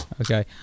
Okay